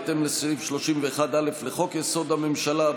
בהתאם לסעיף 31(א) לחוק-יסוד: הממשלה,